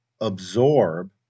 absorb